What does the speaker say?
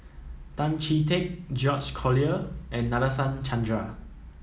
Tan Chee Teck George Collyer and Nadasen Chandra